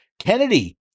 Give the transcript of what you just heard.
Kennedy